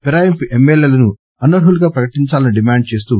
ఫిరాయింపు ఎమ్మెల్యేలను అనర్హులుగా ప్రకటించాలని డిమాండ్ చేస్తూ